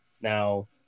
Now